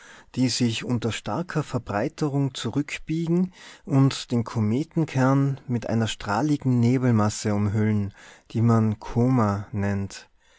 die sich unter starker verbreiterung zurückbiegen und den kometenkern mit einer strahligen nebelmasse umhüllen die man koma nennt